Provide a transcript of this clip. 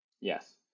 Yes